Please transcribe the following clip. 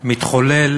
מתחולל